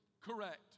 correct